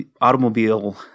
automobile